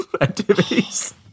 activities